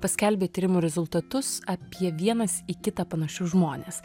paskelbė tyrimų rezultatus apie vienas į kitą panašius žmones